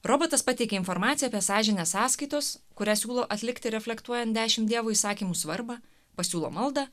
robotas pateikia informaciją apie sąžinę sąskaitos kurią siūlo atlikti reflektuojant dešimt dievo įsakymų svarbą pasiūlo maldą